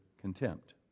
contempt